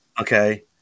okay